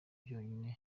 byonyine